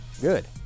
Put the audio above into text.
Good